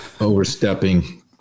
overstepping